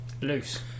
Loose